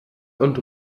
und